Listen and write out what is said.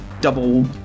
double